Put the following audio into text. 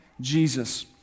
Jesus